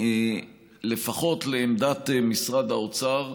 לפחות לעמדת משרד האוצר,